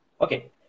Okay